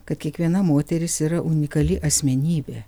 kad kiekviena moteris yra unikali asmenybė